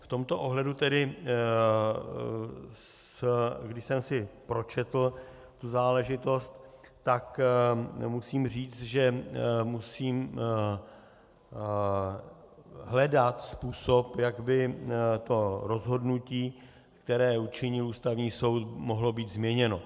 V tomto ohledu tedy když jsem si pročetl tu záležitost, tak musím říct, že musím hledat způsob, jak by to rozhodnutí, které učinil Ústavní soud, mohlo být změněno.